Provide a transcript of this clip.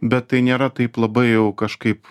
bet tai nėra taip labai jau kažkaip